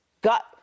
got